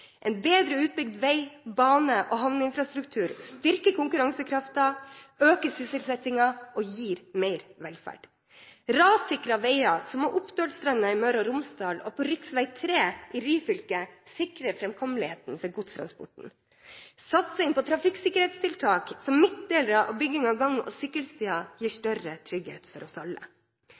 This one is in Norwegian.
En bedre utbygd vei-, bane- og havneinfrastruktur styrker konkurransekraften, øker sysselsettingen og gir mer velferd. Rassikrede veier som Oppdølstranda i Møre og Romsdal og rv. 13 i Ryfylke sikrer framkommeligheten for godstransport. Satsing på trafikksikkerhetstiltak, som midtdelere og bygging av gang- og sykkelstier, gir større trygghet for oss alle.